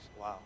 Wow